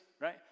right